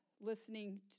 listening